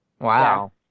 Wow